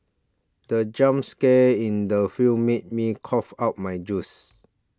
the jump scare in the film made me cough out my juice